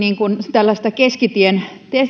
tällaista keskitien